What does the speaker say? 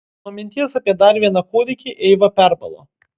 nuo minties apie dar vieną kūdikį eiva perbalo